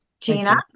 Gina